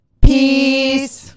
Peace